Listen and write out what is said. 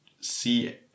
see